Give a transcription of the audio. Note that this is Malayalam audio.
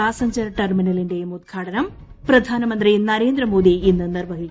പാസഞ്ചർ ടെർമിനലിന്റെയും ഉദ്ഘാടനം പ്രധാനമന്ത്രി നരേന്ദ്രമോദി ഇന്ന് നിർവ്വഹിക്കും